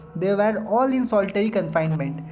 they were all in solitary confinement.